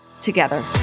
together